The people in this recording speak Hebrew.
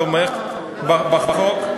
תומך בחוק,